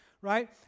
right